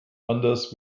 anders